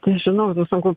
nežinau nu sunku